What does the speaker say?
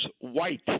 white